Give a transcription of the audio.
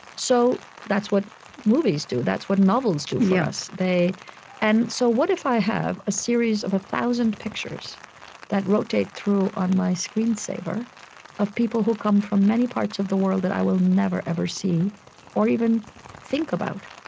so, that's what movies do. that's what novels do for us. and so what if i have a series of one thousand pictures that rotate through on my screen saver of people who come from many parts of the world that i will never, ever see or even think about.